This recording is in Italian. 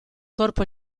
corpo